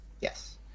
Yes